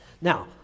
Now